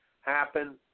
happen